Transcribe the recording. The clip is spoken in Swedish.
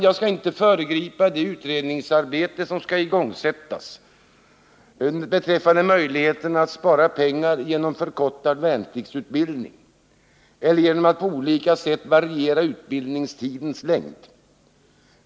Jag skall inte föregripa det utredningsarbete som skall igångsättas beträffande möjligheterna att spara pengar genom förkortad värnpliktsutbildning eller genom att på olika sätt variera utbildningstidens längd.